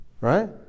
Right